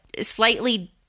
slightly